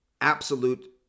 absolute